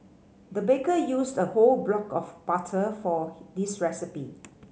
the baker used a whole block of butter for this recipe